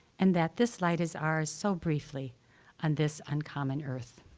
and that this light is ours so briefly on this uncommon earth.